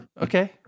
Okay